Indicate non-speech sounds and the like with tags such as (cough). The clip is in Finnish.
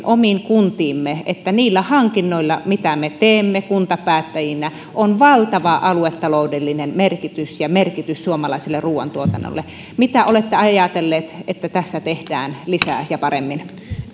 (unintelligible) omiin kuntiimme että niillä hankinnoilla mitä me teemme kuntapäättäjinä on valtava aluetaloudellinen merkitys ja merkitys suomalaiselle ruuantuotannolle mitä olette ajatelleet että tässä tehdään lisää ja paremmin